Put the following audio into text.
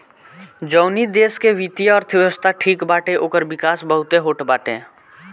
जवनी देस के वित्तीय अर्थव्यवस्था ठीक बाटे ओकर विकास बहुते होत बाटे